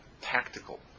tactical